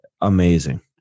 Amazing